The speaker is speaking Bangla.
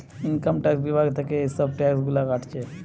ইনকাম ট্যাক্স বিভাগ থিকে এসব ট্যাক্স গুলা কাটছে